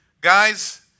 Guys